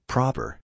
Proper